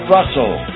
Russell